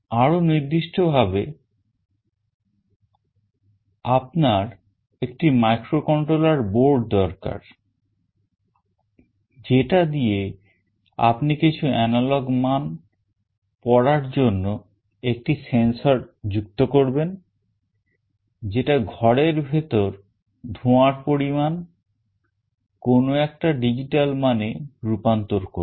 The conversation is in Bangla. আরো নির্দিষ্টভাবে আপনার একটা microcontroller board দরকার যেটা দিয়ে আপনি কিছু analog মান পড়ার জন্য একটি sensor যুক্ত করবেন যেটা ঘরের ভেতর ধোঁয়ার পরিমাণ কোন একটা digital মানে রূপান্তর করবে